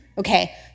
Okay